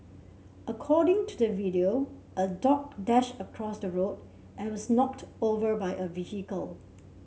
according to the video a dog dashed across the road and was knocked over by a vehicle